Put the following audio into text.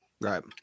Right